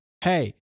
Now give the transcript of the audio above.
hey